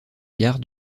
gare